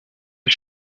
des